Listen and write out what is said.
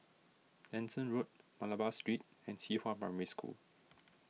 Nanson Road Malabar Street and Qihua Primary School